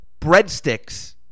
Breadsticks